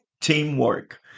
Teamwork